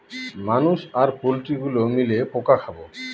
মানুষ আর পোল্ট্রি গুলো মিলে পোকা খাবো